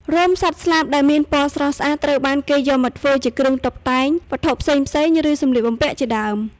រោមសត្វស្លាបដែលមានពណ៌ស្រស់ស្អាតត្រូវបានគេយកមកធ្វើជាគ្រឿងតុបតែងវត្ថុផ្សេងៗឬសម្លៀកបំពាក់ជាដើម។